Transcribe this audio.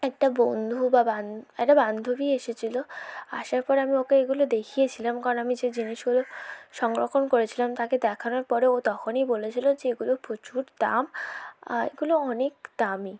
একটা বন্ধু বা একটা বান্ধবী এসেছিল আসার পরে আমি ওকে এগুলো দেখিয়েছিলাম কারণ আমি যে জিনিসগুলো সংরক্ষণ করেছিলাম তাকে দেখানোর পরে ও তখনই বলেছিল যে এগুলো প্রচুর দাম এগুলো অনেক দামি